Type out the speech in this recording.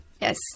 yes